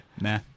Nah